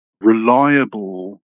reliable